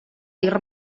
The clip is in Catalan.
dir